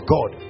God